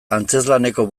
antzezlaneko